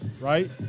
right